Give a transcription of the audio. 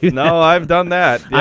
you know i've done that.